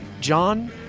John